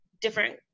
different